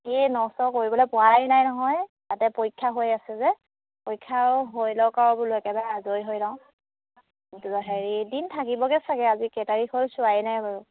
এই ন চ কৰিবলৈ পোৱাই নাই নহয় তাতে পৰীক্ষা হৈ আছে যে পৰীক্ষাও হৈ লওঁক আৰু বোলো একেবাৰে আজৰি হৈ লওঁ কিন্তু হেৰি দিন থাকিবগৈ চাগে আজি কেই তাৰিখ হ'ল চোৱাই নাই বাৰু